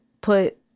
put